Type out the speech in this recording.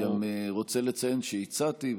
אני גם רוצה לציין שהצעתי,